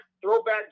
Throwback